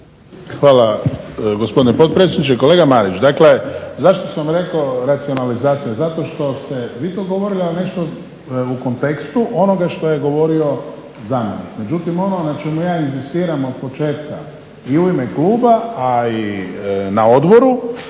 Hvala gospodine potpredsjedniče. Kolega Marić zašto sam rekao racionalizacija? Zato što ste vi to govorili a nešto u kontekstu onoga što je govorio zamjenik. Međutim ono na čemu ja inzistiram od početka i u ime kluba, a i na odboru